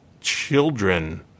children